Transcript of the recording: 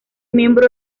miembro